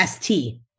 ST